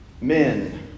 Men